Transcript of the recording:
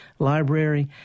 Library